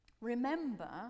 Remember